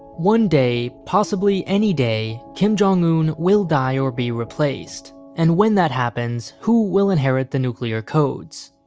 one day, possibly any day, kim jong-un will die or be replaced. and when that happens, who will inherit the nuclear codes?